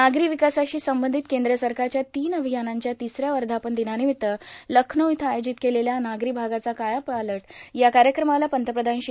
नागरी विकासाशी संबंधित केंद्र सरकारच्या तीन अभियानांच्या तिसऱ्या वर्धापन दिनानिमित्त लखनऊ इथं आयोजित केलेल्या नागरी भागाचा कायापाटल या कार्यक्रमाला पंतप्रधान श्री